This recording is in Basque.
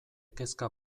kezka